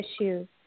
issues